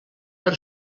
per